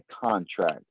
contract